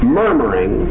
murmuring